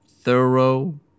thorough